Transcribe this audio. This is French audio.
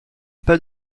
pas